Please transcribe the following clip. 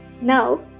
Now